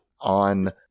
on